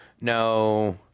no